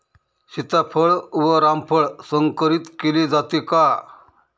सीताफळ व रामफळ संकरित केले जाते का?